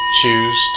choose